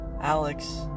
Alex